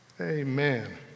Amen